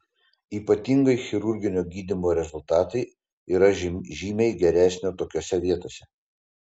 ypatingai chirurginio gydymo rezultatai yra žymiai geresnio tokiose vietose